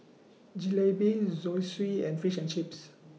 Jalebi Zosui and Fish and Chips